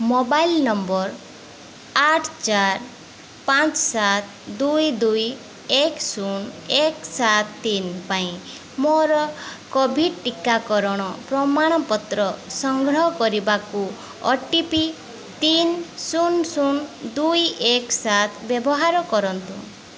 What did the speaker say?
mobile number ଆଠ ଚାରି ପାଞ୍ଚ ସାତ ଦୁଇ ଦୁଇ ଏକ ଶୂନ ଏକ ସାତ ତିନି ପାଇଁ ମୋର କୋଭିଡ଼୍ ଟିକାକରଣ ପ୍ରମାଣପତ୍ର ସଂଗ୍ରହ କରିବାକୁ ଓ ଟି ପି ତିନି ଶୂନ ଶୂନ ଦୁଇ ଏକ ସାତ ବ୍ୟବହାର କରନ୍ତୁ